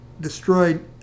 destroyed